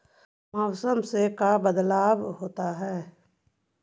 मौसम से का बदलाव होता है?